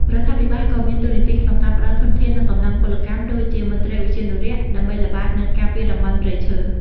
រដ្ឋាភិបាលក៏មានតួនាទីក្នុងការផ្តល់ធនធាន និងកម្លាំងពលកម្មដូចជាមន្ត្រីឧទ្យានុរក្ស ដើម្បីល្បាត និងការពារតំបន់ព្រៃឈើ។